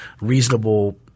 reasonable